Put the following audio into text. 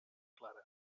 clara